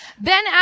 Ben